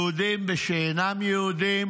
יהודים ושאינם יהודים,